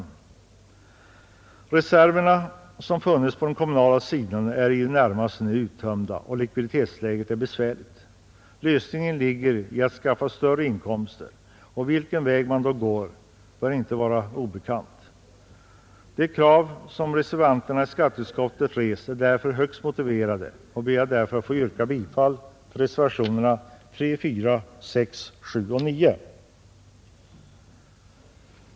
De reserver som funnits på den kommunala sidan är nu i det närmaste uttömda och likviditetsläget är besvärligt. Lösningen ligger i att skaffa större inkomster. Vilken väg man då går torde inte vara obekant. De krav som reservanterna i skatteutskottet rest är därför högst motiverade, och jag ber att få yrka bifall till reservationerna 3, 4, 6, 7 och 9.